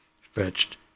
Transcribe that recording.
fetched